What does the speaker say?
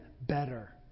better